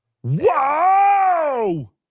whoa